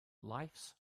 lifes